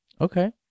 Okay